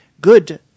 good –